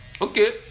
Okay